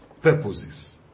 purposes